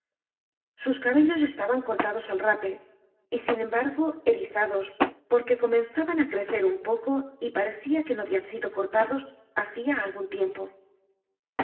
sus cabellos estaban cortados al rape y sin embargo erizados porque comenzaban á crecer un poco y parecia que no habian sido cortados hacia algun tiempo